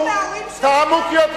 אתה רוצה אישור מההורים שלך?